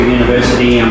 university